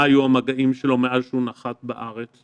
מה היו המגעים שלו מאז שהוא נחת בארץ.